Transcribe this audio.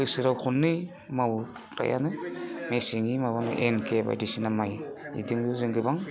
बोसोराव खननै मावो फ्रायानो मेसेंनि माबा एन के बामदिसिना माइ बिदिनो जों गोबां